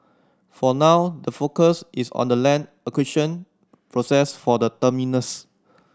for now the focus is on the land acquisition process for the terminus